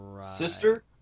sister